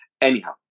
Anyhow